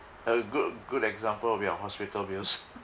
a good good example will be your hospital bills